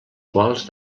quals